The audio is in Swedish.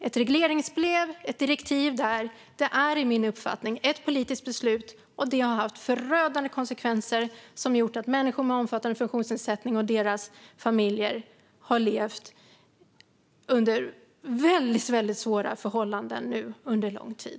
Ett regleringsbrev, ett direktiv där, är enligt min uppfattning ett politiskt beslut, och det har haft förödande konsekvenser som har gjort att människor med omfattande funktionsnedsättning och deras familjer nu har levt under väldigt svåra förhållanden under lång tid.